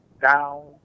down